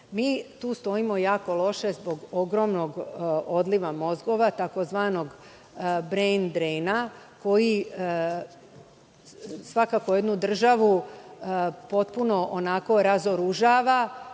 Mi tu stojimo jako loše zbog ogromnog odliva mozgova tzv. brain drain, koji jednu državu potpuno razoružava,